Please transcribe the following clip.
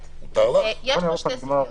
יש פה שתי סוגיות.